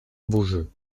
beaujeu